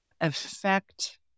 affect